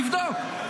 תבדוק.